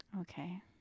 Okay